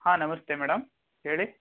ಹಾಂ ನಮಸ್ತೆ ಮೇಡಮ್ ಹೇಳಿ